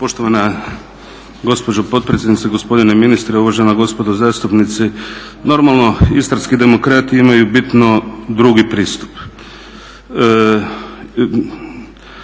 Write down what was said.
Poštovana gospođo potpredsjednice, gospodine ministre, uvažena gospodo zastupnici. Normalno istarski demokrati imaju bitno drugi pristup.